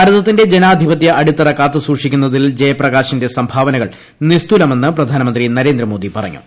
ഭാരത്തിന്റെ ജനാധിപത്യ അടിത്തറ കാത്തുസൂക്ഷിക്കുന്നതിൽ ജയപ്രകാശിന്റെ സംഭാവനകൾ നിസ്തുലമെന്ന് പ്രധാനമന്ത്രി നരേന്ദ്രമോദി പറഞ്ഞു